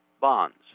bonds